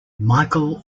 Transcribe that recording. michael